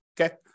okay